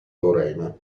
lorena